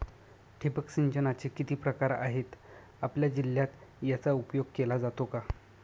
ठिबक सिंचनाचे किती प्रकार आहेत? आपल्या जिल्ह्यात याचा उपयोग केला जातो का?